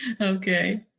Okay